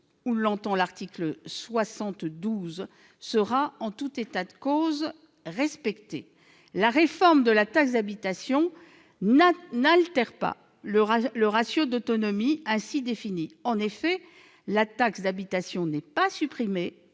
de la Constitution, sera en tout état de cause respectée. La réforme de la taxe d'habitation n'altère pas le ratio d'autonomie ainsi défini. En effet, la taxe d'habitation n'est pas supprimée